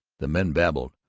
the men babbled,